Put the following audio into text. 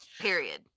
period